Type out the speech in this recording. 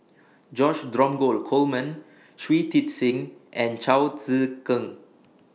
George Dromgold Coleman Shui Tit Sing and Chao Tzee Cheng